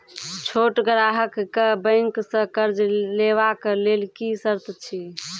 छोट ग्राहक कअ बैंक सऽ कर्ज लेवाक लेल की सर्त अछि?